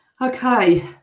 Okay